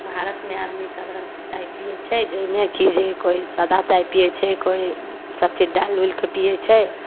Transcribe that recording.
भारतमे आदमी सब रङ्गके चाइ पिए छै जाहिमे कि जे कोइ सादा चाइ पिए छै कोइ सबचीज डालि उलिके पिए छै